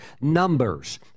numbers